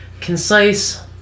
concise